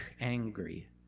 angry